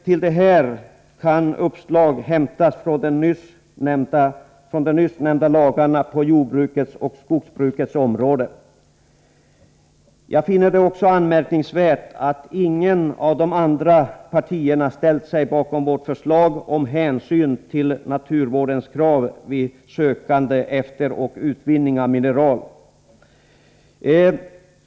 Till detta kan uppslag hämtas från de nyss nämnda lagarna på jordbrukets och skogsbrukets områden. Jag finner det också anmärkningsvärt att inget av de andra politiska partierna ställt sig bakom vårt förslag om att ta hänsyn till naturvårdens krav vid sökande efter och utvinning av mineral.